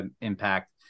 impact